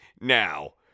now